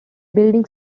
building